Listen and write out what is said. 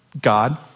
God